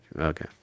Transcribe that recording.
Okay